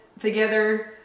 together